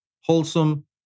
wholesome